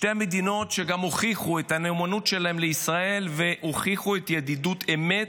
שתי המדינות שגם הוכיחו את הנאמנות שלהם לישראל והוכיחו ידידות אמת,